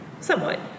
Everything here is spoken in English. somewhat